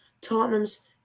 Tottenham's